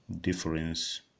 difference